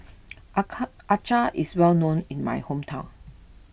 Acar is well known in my hometown